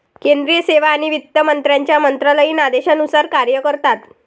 केंद्रीय सेवा आणि वित्त मंत्र्यांच्या मंत्रालयीन आदेशानुसार कार्य करतात